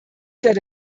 werde